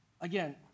Again